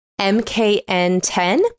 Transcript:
MKN10